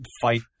fight